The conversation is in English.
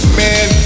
man